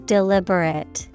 Deliberate